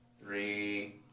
three